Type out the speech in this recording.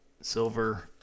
silver